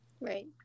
Right